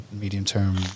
medium-term